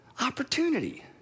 opportunity